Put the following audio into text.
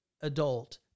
adult